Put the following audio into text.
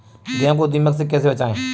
गेहूँ को दीमक से कैसे बचाएँ?